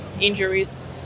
injuries